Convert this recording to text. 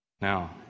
now